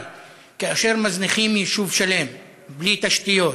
אבל כאשר מזניחים יישוב שלם בלי תשתיות,